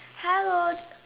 hello